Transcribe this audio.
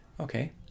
okay